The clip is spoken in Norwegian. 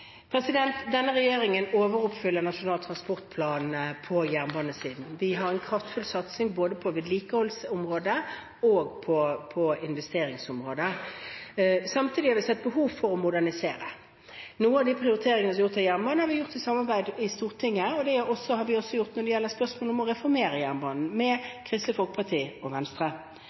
Denne regjeringen overoppfyller Nasjonal transportplan på jernbanesiden. Vi har en kraftfull satsing både på vedlikeholdsområdet og på investeringsområdet. Samtidig har vi sett behov for å modernisere. Noen av de prioriteringene som er gjort av jernbanen, har vi gjort i samarbeid med Stortinget, med Kristelig Folkeparti og Venstre, og det har vi også gjort når det gjelder spørsmålet om å reformere jernbanen.